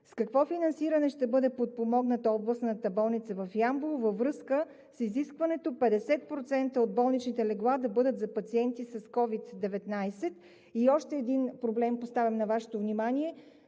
С какво финансиране ще бъде подпомогната Областната болница в Ямбол във връзка с изискването 50% от болничните легла да бъдат за пациенти с COVID-19? И още един здравен проблем поставям на Вашето внимание